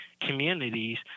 communities